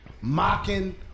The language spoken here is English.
mocking